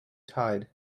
tide